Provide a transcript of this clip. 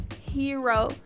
hero